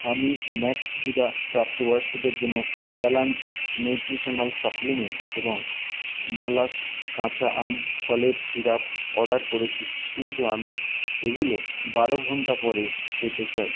আমি ম্যাক্সভিদা প্রাপ্ত বয়স্কদের জন্য ব্যালান্সড নিউট্রিশানাল সাপ্লিমেন্ট এবং মালাস কাঁচা আম ফলের সিরাপ অর্ডার করেছি কিন্তু আমি এগুলো বারো ঘন্টা পরে পেতে চাই